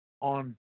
on